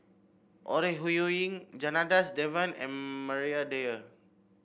Ore Huiying Janadas Devan and Maria Dyer